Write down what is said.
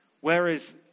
Whereas